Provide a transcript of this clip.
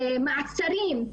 מעצרים,